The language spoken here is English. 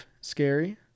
scary